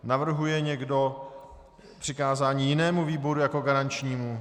Navrhuje někdo přikázání jinému výboru jako garančnímu?